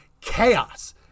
chaos